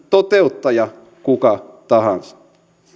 toteuttaja kuka tahansa